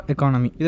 Economy